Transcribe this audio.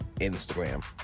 instagram